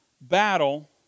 battle